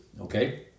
Okay